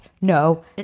No